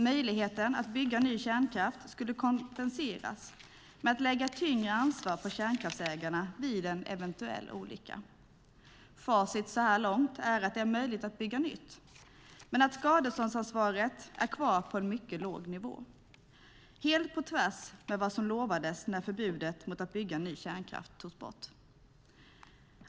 Möjligheten att bygga ny kärnkraft skulle kompenseras med ett tyngre ansvar för kärnkraftsägarna vid en eventuell olycka. Facit så här långt är att det är möjligt att bygga nytt men att skadeståndsansvaret är kvar på en mycket låg nivå - helt på tvärs med vad som lovades när förbudet mot att bygga ny kärnkraft togs bort.